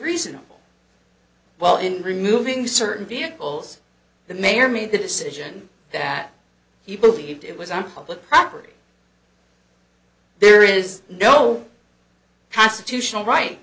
reasonable well in removing certain vehicles the mayor made the decision that he believed it was on public property there is no constitutional right